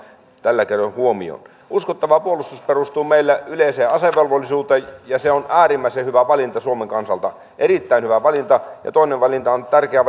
tällä keinoin huomioon uskottava puolustus perustuu meillä yleiseen asevelvollisuuteen ja se on äärimmäisen hyvä valinta suomen kansalta erittäin hyvä valinta toinen tärkeä